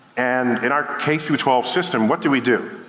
and in our k through twelve system, what do we do?